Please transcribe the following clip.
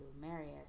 Marius